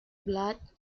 blood